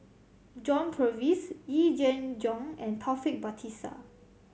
John Purvis Yee Jenn Jong and Taufik Batisah